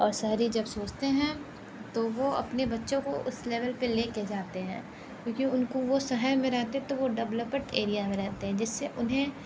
और शहरी जब सोचते हैं तो वो अपने बच्चों को उस लेवल पे लेके जाते हैं क्योंकि उनको वो शहर में रहते हैं तो वो डेवलपड एरिया में रहते हैं जिससे उन्हें